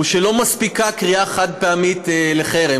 הוא שלא מספיקה קריאה חד-פעמית לחרם.